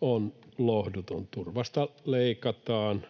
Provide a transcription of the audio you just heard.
on lohduton. Turvasta leikataan,